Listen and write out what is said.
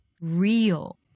real